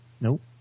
Nope